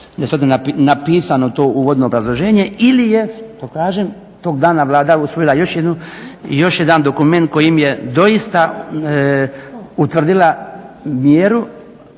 nespretno napisano to uvodno obrazloženje ili je što kažem, tog dana Vlada usvojila još jedan dokument kojim je doista utvrdila mjeru,